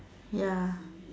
ya